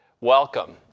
Welcome